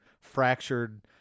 fractured